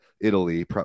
Italy